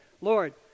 Lord